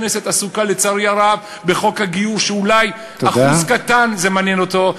הכנסת עסוקה לצערי הרב בחוק הגיור שאולי אחוז קטן זה מעניין אותו,